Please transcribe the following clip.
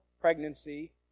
pregnancy